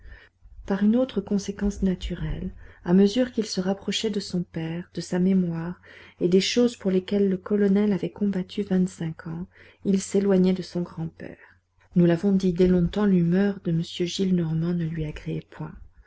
par une autre conséquence naturelle à mesure qu'il se rapprochait de son père de sa mémoire et des choses pour lesquelles le colonel avait combattu vingt-cinq ans il s'éloignait de son grand-père nous l'avons dit dès longtemps l'humeur de m gillenormand ne lui agréait point